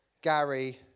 Gary